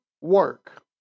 work